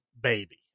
baby